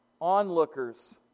onlookers